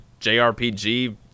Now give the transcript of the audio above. JRPG